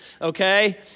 Okay